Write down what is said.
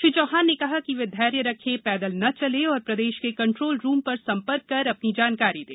श्री चौहान ने कहा कि वे धैर्य रखें पैदल न चलें और प्रदेश के कंट्रोल रूम पर संपर्क कर अपनी जानकारी दें